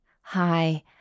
Hi